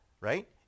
right